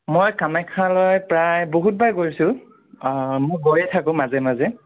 মই কামাখ্যালৈ প্ৰায় বহুত বাৰ গৈছোঁ মই গৈয়েই থাকোঁ মাজে মাজে